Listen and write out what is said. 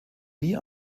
nie